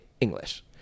English